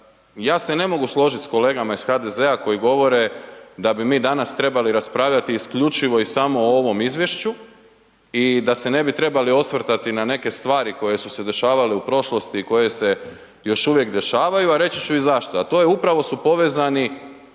ja se ne mogu složiti sa kolegama iz HDZ-a koji govore da bi mi danas trebali raspravljati isključivo i samo o ovome izvješću i da se ne bi trebali osvrtati na neke stvari koje su se dešavali u prošlosti, koje se još uvijek dešavaju a reći ću i zašto a to je upravo jer su povezani